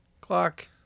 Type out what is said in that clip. Clock